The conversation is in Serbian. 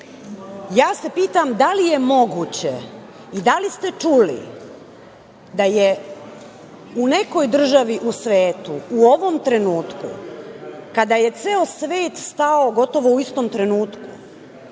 se pitam da li je moguće i da li ste čuli da je u nekoj državi u svetu, u ovom trenutku kada je ceo svet stao gotovo u istom trenutku,